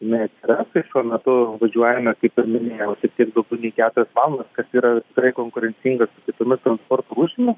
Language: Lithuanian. jinai atsiras tai šiuo metu važiuojame kaip ir minėjau šiek tiek daugiau nei keturias valandas kas yra tikrai konkurencinga su kitomis transporto rūšimis